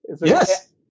Yes